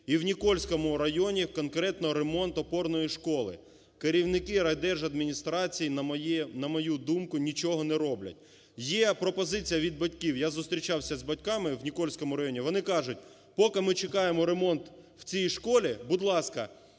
і в Нікольському районі конкретно ремонт опорної школи. Керівники райдержадміністрацій, на мою думку, нічого не роблять. Є пропозиція від батьків, я зустрічався з батьками в Нікольському районі. Вони кажуть: "Поки ми чекаємо ремонт в цій школі, будь ласка,